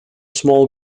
small